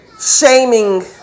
shaming